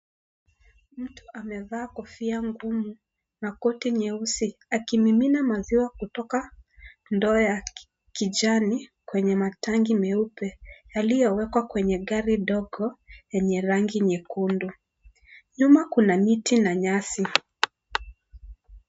Mtu amevaa kofia ngumu na kote nyeusi. Akimimina maziwa kutoka ndoo ya kijani kwenye matangi meupe, yaliyowekwa kwenye gari ndogo lenye rangi nyekundu. Nyuma kuna miti na nyasi.